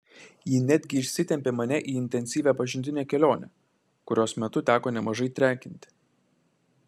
ji netgi išsitempė mane į intensyvią pažintinę kelionę kurios metu teko nemažai trekinti